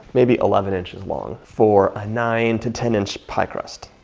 maybe eleven inches long for a nine to ten inch pie crust.